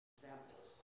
Examples